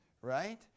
right